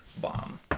bomb